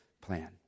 plan